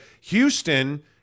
Houston